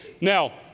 Now